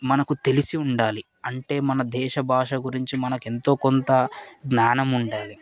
మనకు తెలిసి ఉండాలి అంటే మన దేశ భాష గురించి మనకు ఎంతో కొంత జ్ఞానం ఉండాలి